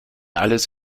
alles